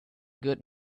good